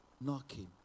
knocking